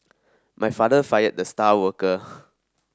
my father fired the star worker